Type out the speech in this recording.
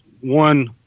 one